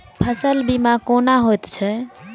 फसल बीमा कोना होइत छै?